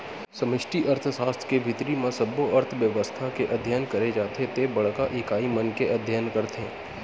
समस्टि अर्थसास्त्र के भीतरी म सब्बो अर्थबेवस्था के अध्ययन करे जाथे ते बड़का इकाई मन के अध्ययन करथे